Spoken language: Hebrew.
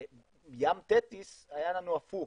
בים תטיס היה לנו הפוך,